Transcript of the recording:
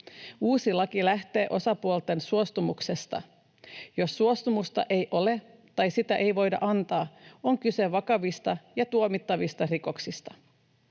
Uusi laki lähtee osapuolten suostumuksesta. Jos suostumusta ei ole tai sitä ei voida antaa, on kyse vakavista ja tuomittavista rikoksista.